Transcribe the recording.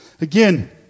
Again